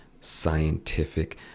Scientific